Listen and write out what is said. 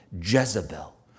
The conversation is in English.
Jezebel